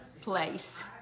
place